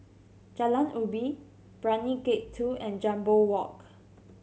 Jalan Ubi Brani Gate Two and Jambol Walk